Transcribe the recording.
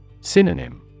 Synonym